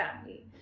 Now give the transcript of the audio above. family